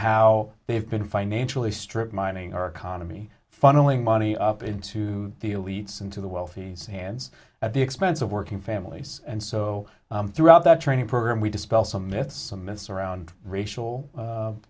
how they've been financially strip mining our economy funneling money up into the elites into the wealthy hands at the expense of working families and so throughout that training program we dispel some myths some myths around racial